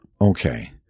Okay